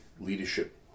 leadership